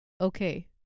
okay